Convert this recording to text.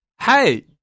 Hey